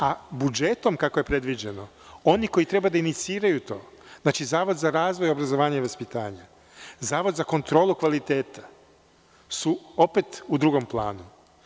A budžetom, kako je predviđeno, oni koji treba da iniciraju to, Zavod za razvoj obrazovanja i vaspitanja, Zavod za kontrolu kvaliteta, su opet u drugom planu.